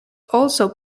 also